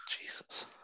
Jesus